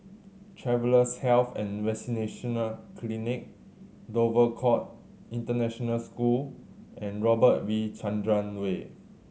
Travellers' Health and Vaccination Clinic Dover Court International School and Robert V Chandran Way